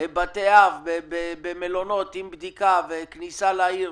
בתי אב במלונות עם בדיקה וכניסה מבוקרת לעיר